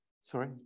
Sorry